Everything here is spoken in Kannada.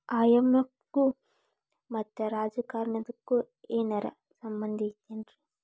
ಐ.ಎಂ.ಎಫ್ ಗು ಮತ್ತ ರಾಜಕಾರಣಕ್ಕು ಏನರ ಸಂಭಂದಿರ್ತೇತಿ?